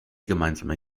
gemeinsame